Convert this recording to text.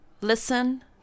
listen